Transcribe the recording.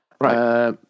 Right